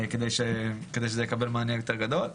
כדי שזה יקבל מענה יותר גדול.